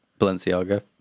Balenciaga